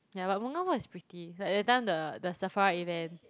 yeah but mongabong is pretty like that time the the Safra event